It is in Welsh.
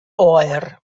oer